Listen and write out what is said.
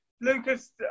Lucas